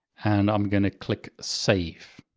and i'm gonna click save.